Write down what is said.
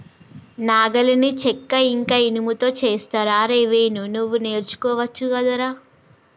నాగలిని చెక్క ఇంక ఇనుముతో చేస్తరు అరేయ్ వేణు నువ్వు నేర్చుకోవచ్చు గదరా